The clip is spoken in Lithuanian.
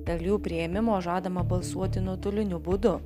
dėl jų priėmimo žadama balsuoti nuotoliniu būdu